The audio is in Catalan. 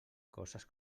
coses